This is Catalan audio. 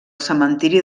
cementiri